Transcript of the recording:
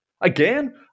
Again